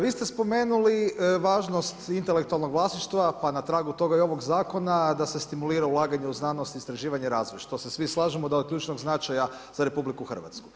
Vi ste spomenuli važnost intelektualnog vlasništva pa na tragu toga i ovog zakona a da se stimulira ulaganje u znanost, istraživanje i razvoj, što se svi slažemo da je od ključnog značaja za RH.